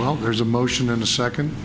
well there's a motion in the second